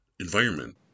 environment